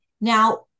Now